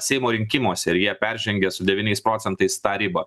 seimo rinkimuose ir jie peržengė su devyniais procentais tą ribą